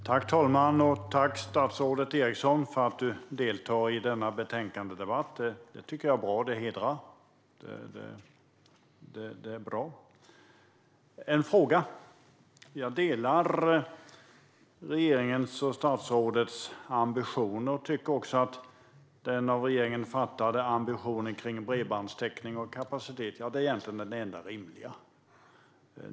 Herr talman! Tack, statsrådet, för att du deltar i denna betänkandedebatt! Det är bra, och det hedrar. En fråga: Jag delar regeringens och statsrådets ambitioner. Jag tycker att den av regeringen beslutade ambitionen om bredbandstäckning och kapacitet är den enda rimliga.